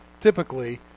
typically